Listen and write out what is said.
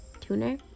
tuner